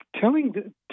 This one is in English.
telling